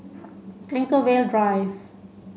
Anchorvale Drive